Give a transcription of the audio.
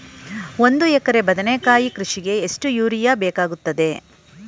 ಒಂದು ಎಕರೆ ಬದನೆಕಾಯಿ ಕೃಷಿಗೆ ಎಷ್ಟು ಯೂರಿಯಾ ಬೇಕಾಗುತ್ತದೆ?